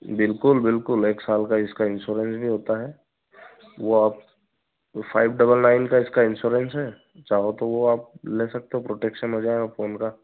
बिल्कुल बिल्कुल एक साल का इसका इंश्योरेंस भी होता है वह अब फाइव डबल नाइन का इसका इंश्योरेंस है चाहो तो वह आप ले सकते हो प्रोटेक्शन हो जाएगा फ़ोन का